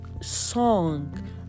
song